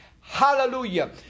Hallelujah